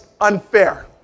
unfair